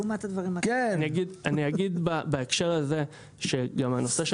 לעומת הדברים --- אני אגיד בהקשר הזה שגם הנושא של